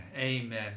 Amen